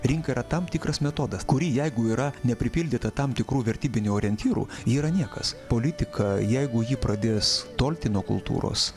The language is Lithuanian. rinka yra tam tikras metodas kuri jeigu yra ne pripildyta tam tikrų vertybinių orientyrų ji yra niekas politika jeigu ji pradės tolti nuo kultūros